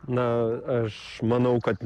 na aš manau kad